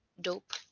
dope